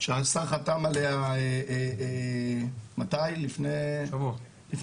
שהשר חתם עליה לפני שבוע,